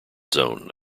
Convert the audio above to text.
zone